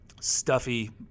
stuffy